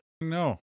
no